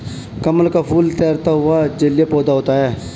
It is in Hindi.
कमल का फूल तैरता हुआ जलीय पौधा है